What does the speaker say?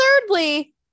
thirdly